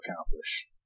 accomplish